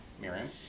Miriam